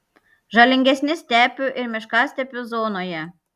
žalingesni stepių ir miškastepių zonoje